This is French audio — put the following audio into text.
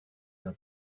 n’a